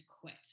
quit